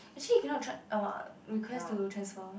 actually you cannot try uh request to transfer